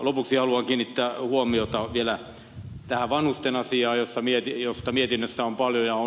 lopuksi haluan kiinnittää huomiota vielä tähän vanhusten asiaan josta mietinnössä on paljon